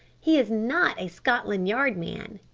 he is not a scotland yard man.